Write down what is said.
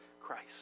Christ